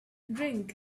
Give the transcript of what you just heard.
drink